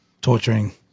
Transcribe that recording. torturing